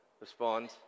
Respond